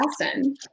lesson